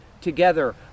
Together